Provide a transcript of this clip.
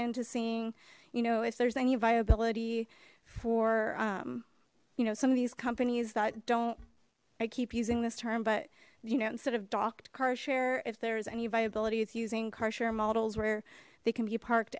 into seeing you know if there's any viability for you know some of these companies that don't i keep using this term but you know instead of docked car share if there is any viability its using car share models where they can be parked